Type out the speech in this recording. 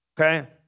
okay